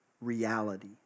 reality